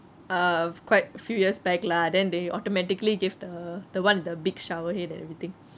err quite a few years back lah then they automatically give the the one with the big shower head and everything